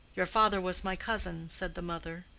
your father was my cousin, said the mother,